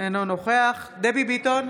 אינו נוכח דבי ביטון,